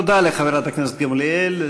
תודה לחברת הכנסת גמליאל.